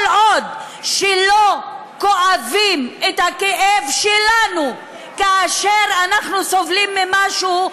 כל עוד לא כואבים את הכאב שלנו כאשר אנחנו סובלים ממשהו,